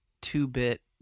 Two-bit